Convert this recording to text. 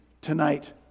tonight